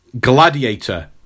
Gladiator